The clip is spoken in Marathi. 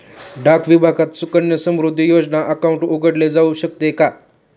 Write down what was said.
डाक विभागात सुकन्या समृद्धी योजना अकाउंट उघडले जाऊ शकते का?